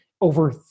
over